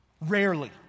Rarely